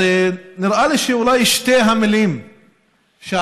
אז נראה לי שאולי שתי המילים שעכשיו